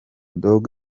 dog